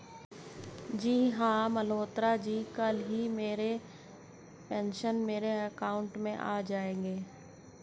जी हां मल्होत्रा जी कल ही मेरे पेंशन मेरे अकाउंट में आ गए